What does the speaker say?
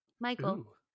Michael